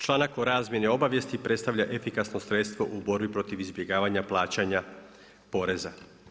Članak o razmjeni obavijesti predstavlja efikasno sredstvo u borbi protiv izbjegavanja plaćanja poreza.